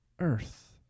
earth